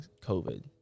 COVID